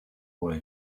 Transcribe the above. boy